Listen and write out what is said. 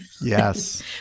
Yes